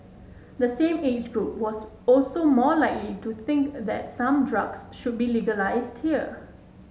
the same age group was also more likely to think that some drugs should be legalised here